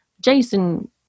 Jason